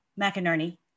McInerney